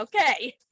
Okay